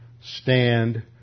stand